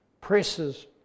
presses